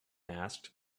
asked